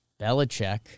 Belichick